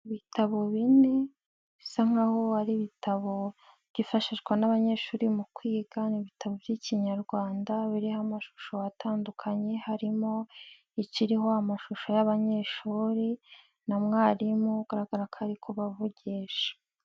Ibitabo bine bisa nk'aho ari ibitabo byifashishwa n'abanyeshuri mu kwiga ni ibitabo by'ikinyarwanda biriho amashusho atandukanye harimo ikiriho amashusho y'abanyeshuri na mwarimu ugaragara ko ari kubavugisha.